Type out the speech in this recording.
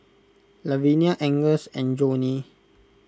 Lavinia Agnes and Johney